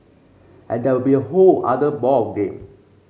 and that will be a whole other ball game